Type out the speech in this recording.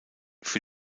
für